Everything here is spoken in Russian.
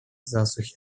засухи